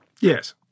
Yes